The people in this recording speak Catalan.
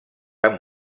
amb